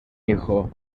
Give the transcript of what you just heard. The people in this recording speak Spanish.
hijo